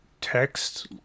text